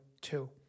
Two